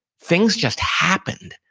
things just happen.